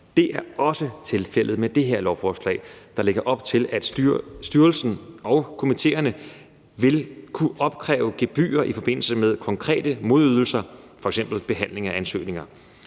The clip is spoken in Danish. Det er også tilfældet med det her lovforslag, der lægger op til, at styrelsen og komitéerne vil kunne opkræve gebyrer i forbindelse med konkrete modydelser, f.eks. behandling af ansøgninger.